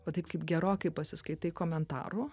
o taip kaip gerokai pasiskaitai komentarų